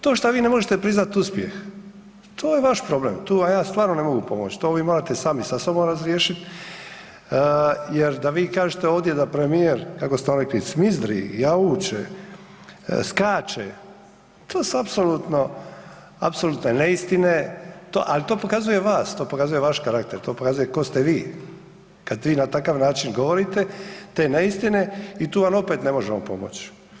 To šta vi ne možete priznat uspjeh, to je vaš problem, tu vam ja stvarno ne mogu pomoć, to vi morate sami sa sobom razriješit jer da vi kažete ovdje da premijer, kako ste rekli, cmizdri, jauče, skače, to su apsolutno, apsolutne neistine, to, al to pokazuje vas, to pokazuje vaš karakter, to pokazuje ko ste vi kad vi na takav način govorite te neistine i tu vam opet ne možemo pomoć.